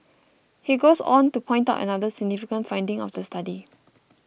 he goes on to point out another significant finding of the study